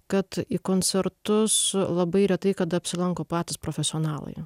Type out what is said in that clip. kad į koncertus labai retai kada apsilanko patys profesionalai